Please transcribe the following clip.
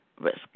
risk